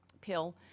pill